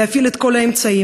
להפעיל את כל האמצעים,